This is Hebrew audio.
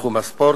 בתחום הספורט,